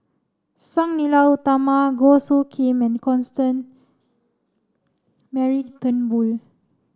Sang Nila Utama Goh Soo Khim and Constance Mary Turnbull